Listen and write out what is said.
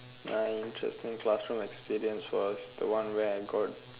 my interesting classroom experience was the one where I got